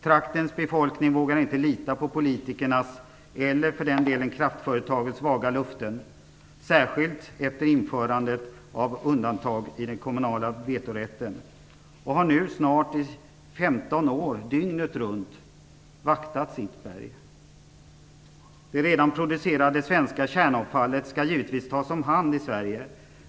Traktens befolkning vågar inte lita på politikernas eller, för den delen, kraftföretagens vaga löften - särskilt inte efter införandet av undantag i den kommunala vetorätten. Befolkningen har nu snart vaktat sitt berg dygnet runt i 15 år. Det redan producerade svenska kärnavfallet skall givetvis tas omhand i Sverige.